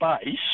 space